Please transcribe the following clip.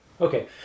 okay